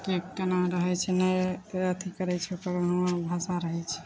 के केना रहैत छै नहि अथी करैत छै ओकर आना आन भाषा रहैत छै